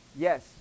Yes